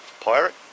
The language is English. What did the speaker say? pirate